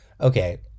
Okay